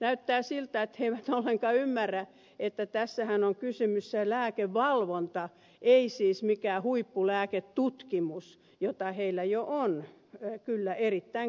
näyttää siltä että he eivät ollenkaan ymmärrä että tässähän on kysymys lääkevalvonnasta ei siis mistään huippulääketutkimuksesta jota siellä jo on kyllä erittäin korkeatasoista